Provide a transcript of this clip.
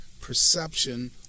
perception